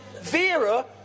Vera